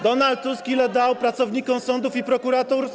Donald Tusk dał pracownikom sądów i prokuratur.